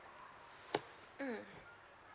mm